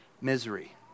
misery